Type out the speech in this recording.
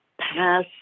pass